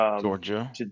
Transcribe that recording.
Georgia